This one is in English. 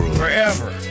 forever